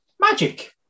magic